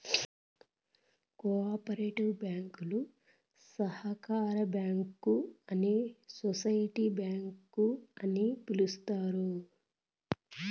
co operative బ్యాంకులు సహకార bank అని సోసిటీ బ్యాంక్ అని పిలుత్తారు